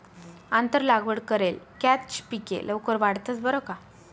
आंतर लागवड करेल कॅच पिके लवकर वाढतंस बरं का